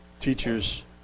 Teachers